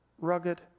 rugged